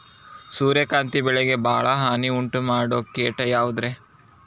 ಸೂರ್ಯಕಾಂತಿ ಬೆಳೆಗೆ ಭಾಳ ಹಾನಿ ಉಂಟು ಮಾಡೋ ಕೇಟ ಯಾವುದ್ರೇ?